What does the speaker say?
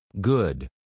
Good